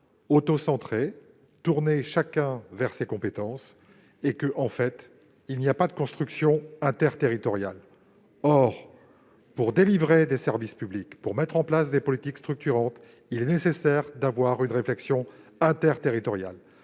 autocentrée, chacun tourné vers ses propres compétences, ce qui rend impossible toute construction interterritoriale. Or, pour délivrer des services publics, pour mettre en place des politiques structurantes, il est nécessaire d'avoir une réflexion interterritoriale.